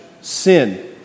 sin